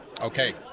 Okay